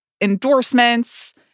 endorsements